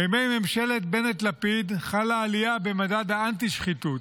בימי ממשלת בנט-לפיד חלה עלייה במדד האנטי-שחיתות,